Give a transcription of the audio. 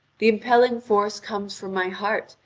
the impelling force comes from my heart,